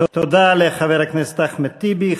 תודה לחבר הכנסת אחמד טיבי.